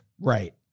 Right